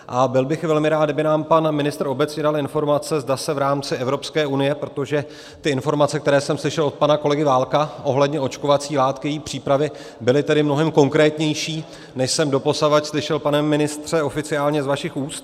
A byl bych velmi rád, kdyby nám pan ministr obecně dal informace, zda se v rámci Evropské unie, protože ty informace, které jsem slyšel od pana kolegy Válka ohledně očkovací látky a její přípravy, byly tedy mnohem konkrétnější, než jsem doposud slyšel, pane ministře, oficiálně z vašich úst.